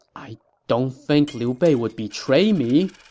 i don't think liu bei would betray me,